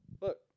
Look